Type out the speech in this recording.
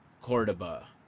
Cordoba